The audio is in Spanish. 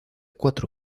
cuatro